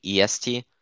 EST